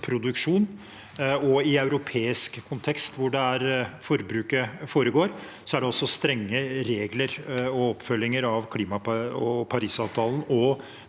gassproduksjon. I europeisk kontekst, hvor forbruket foregår, er det også strenge regler og oppfølging av Parisavtalen og